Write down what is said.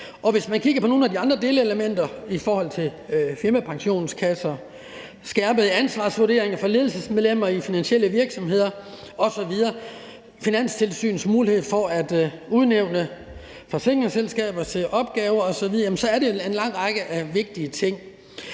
Hvis man kigger på nogle af de andre delelementer, der omhandler firmapensionskasser, skærpet ansvarsvurdering for ledelsesmedlemmer i finansielle virksomheder osv., Finanstilsynets mulighed for at udnævne forsikringsselskaber til opgaver osv., så er det en lang række vigtige ting.